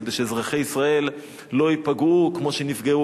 כדי שאזרחי ישראל לא ייפגעו כמו שנפגעו